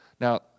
Now